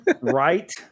right